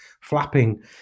flapping